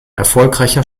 erfolgreicher